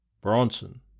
Bronson